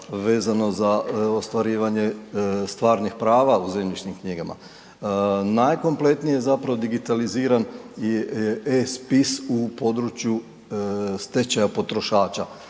vezano za ostvarivanje stvarnih prava u zemljišnim knjigama. Najkompletnije je zapravo digitaliziran je e-spis u području stečaja potrošača,